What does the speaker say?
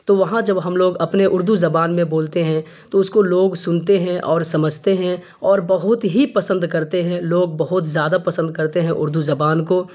تو وہاں جب ہم لوگ اپنے اردو زبان میں بولتے ہیں تو اس کو لوگ سنتے ہیں اور سمجھتے ہیں اور بہت ہی پسند کرتے ہیں لوگ بہت زیادہ پسند کرتے ہیں اردو زبان کو